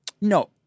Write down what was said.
No